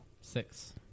Six